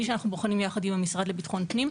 שאנחנו בוחנים יחד עם המשרד לביטחון פנים.